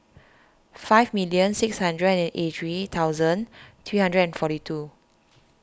five million six hundred and eighty three thousand three hundred and forty two